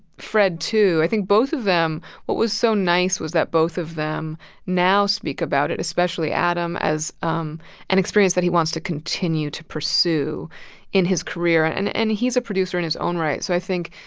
fred, too i think both of them what was so nice was that both of them now speak about it, especially adam, as um an experience that he wants to continue to pursue in his career. and and he's a producer in his own right. so i think,